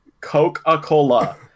Coca-Cola